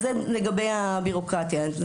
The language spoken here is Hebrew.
זה לגבי הביורוקרטיה.